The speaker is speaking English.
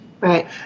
Right